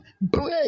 Break